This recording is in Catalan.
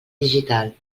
digital